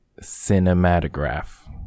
Cinematograph